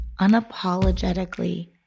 Unapologetically